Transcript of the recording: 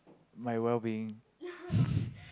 my well being